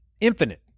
infinite